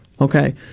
okay